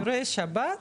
מאירועי שבת,